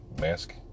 mask